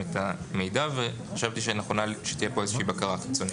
את המידע וחשבתי שיהיה נכון שתהיה כאן איזושהי בקרה חיצונית.